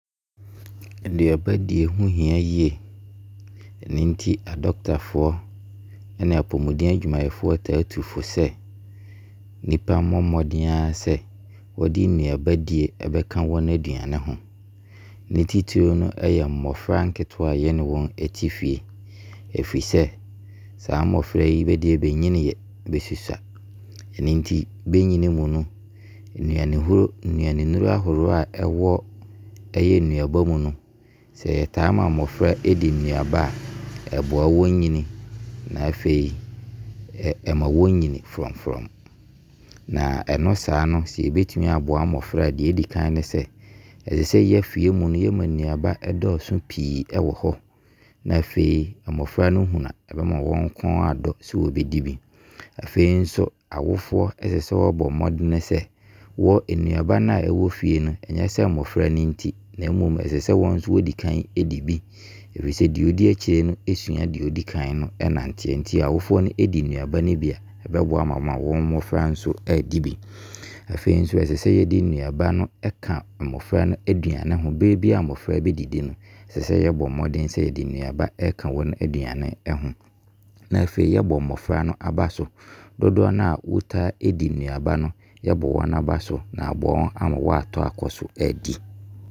Nnuabadie ho hia yie Ɛno nti adɔkotafoɔ ne apomuden adwumayɛfoɔ taa tu fo sɛ nipa mmɔ mmɔden sɛ wɔde nnuabadie bɛka wɔn nnuane ho. Ne titire no ɛyɛ mmɔfra nketewa a yɛne wɔn te fie. Ɛfiri sɛ saa mmɔfra yi bɛdeɛ bɛnyinieɛ, bɛsusua. Ɛno nti bɛyini mu no nnuane horoɔ, nnuanennuro ahoroɔ ɛwɔ nnuaba mu no sɛ yɛtaa ma mmɔfra ɛdi nnuaba a ɛboa wɔn yini na afei ɛma wɔyini frɔmfrɔm. Na ɛno saa no, sɛ yɛbɛtumi aboa mmɔfra a, deɛ ɛdi kan ne sɛ, ɛsɛ sɛ yɛn afie mu no yɛma nnuaba dɔɔso pii ɛwɔ hɔ. Na afei mmɔfra no hunu a ɛbɛma wɔn kɔn adɔ sɛ wɔbɛdi bi. Afei awofoɔ sɛ sɛ wɔbɔ mmɔden sɛ wɔn nnuaba na ɛwɔ fie no ɛnyɛ sɛ mmɔfra no nti na mmom ɛsɛ sɛ wɔn nso wɔdi kan ɛdi bi. Ɛfiri sɛ deɛ ɔdi akyire no sua deɛ ɔdi kan no ɛnanteɛ. Nti awofoɔ ɛdi nnuaba no bi a ɛbɛboa ama mmɔfra no nso adi bi. Afei nso ɛsɛ sɛ yɛde nnuaba no ɛka mmɔfra no aduane ho. Berɛ biara mmɔfra no bɛdidi no ɛsɛ sɛ yɛbɔ mmɔden sɛ yɛde nnuaba ɛka wɔn aduane ho. Afei yɛbɔ mmɔfra no aba so, dodoɔ no a wɔdi nnuaba no yɛbɔ bɛ aba so. Na aboa wɔn ama wɔatɔ akɔso adi.